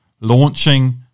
launching